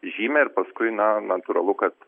žymę ir paskui na natūralu kad